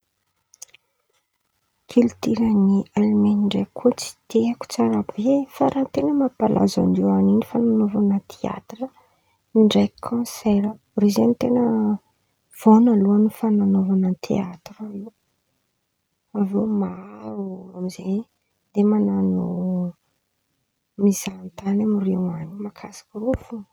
Kilitioran̈y Alemainy ndraiky koa, tsy dia haiko tsara be fa raha ten̈a mampalaza anireo an̈y in̈y fan̈anaovan̈a teatira ndraiky kaosera, reo zen̈y ten̈a vônaloan̈y fanan̈aovan̈a teatira io, avy eo maro olo amizay mandeha man̈ano mizaha tan̈y makasika reo fo.